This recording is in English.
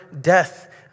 death